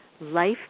life